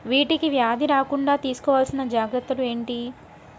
వీటికి వ్యాధి రాకుండా తీసుకోవాల్సిన జాగ్రత్తలు ఏంటియి?